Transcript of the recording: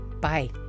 Bye